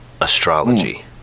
astrology